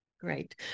Great